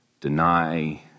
deny